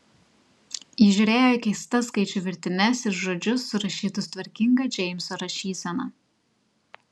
ji žiūrėjo į keistas skaičių virtines ir žodžius surašytus tvarkinga džeimso rašysena